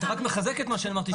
אתה רק מחזק את מה שאמרתי.